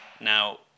Now